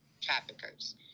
traffickers